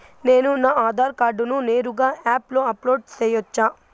నేను నా ఆధార్ కార్డును నేరుగా యాప్ లో అప్లోడ్ సేయొచ్చా?